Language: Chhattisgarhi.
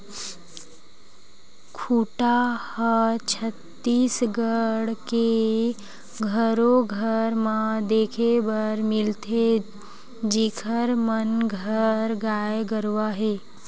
खूटा ह छत्तीसगढ़ के घरो घर म देखे बर मिलथे जिखर मन घर गाय गरुवा हे